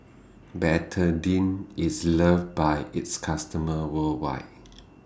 Betadine IS loved By its customers worldwide